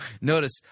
Notice